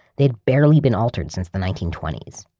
they had barely been altered since the nineteen twenty s.